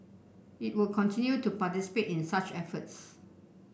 it will continue to participate in such efforts